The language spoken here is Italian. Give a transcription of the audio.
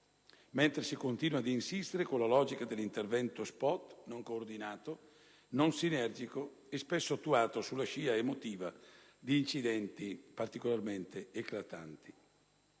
mentre si continua ad insistere con la logica dell'intervento *spot*, non coordinato, non sinergico e spesso attuato sulla scia emotiva di incidenti particolarmente eclatanti.